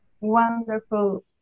Wonderful